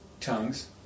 tongues